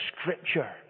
Scripture